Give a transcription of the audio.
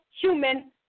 human